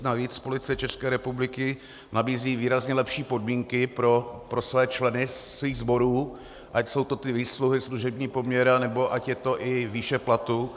Navíc Policie České republiky nabízí výrazně lepší podmínky pro členy svých sborů, ať jsou to ty výsluhy, služební poměr, anebo ať je to i výše platu.